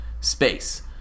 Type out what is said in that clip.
space